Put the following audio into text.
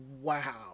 wow